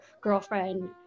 girlfriend